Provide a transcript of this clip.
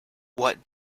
what